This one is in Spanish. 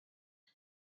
the